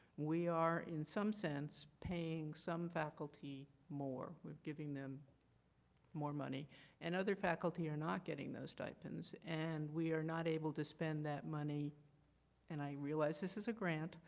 we are in some sense paying some faculty more. we are giving them more money and other faculty are not getting the stipends and we are not able to spend that money and i realize this is a grant